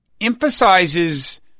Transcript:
emphasizes